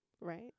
Right